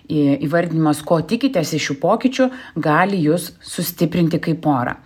į įvardinimas ko tikitės iš šių pokyčių gali jus sustiprinti kaip porą